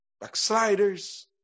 Backsliders